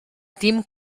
dim